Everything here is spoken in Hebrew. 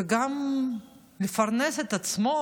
וגם לפרנס את עצמו,